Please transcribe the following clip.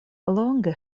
longe